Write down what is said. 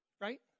Right